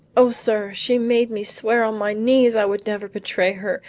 o sir, she made me swear on my knees i would never betray her,